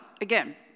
again